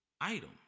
item